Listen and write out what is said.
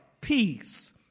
peace